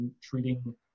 treating